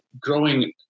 growing